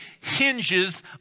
hinges